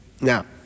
Now